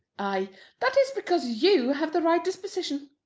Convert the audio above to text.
ay that is because you have the right disposition.